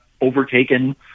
overtaken